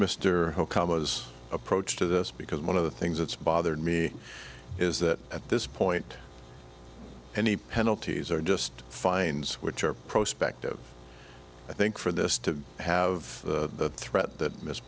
mr camas approach to this because one of the things that's bothered me is that at this point any penalties or just fines which are prospect of i think for this to have the threat that missed